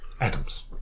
Adams